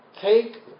take